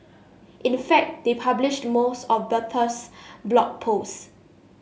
in fact they published most of Bertha's Blog Posts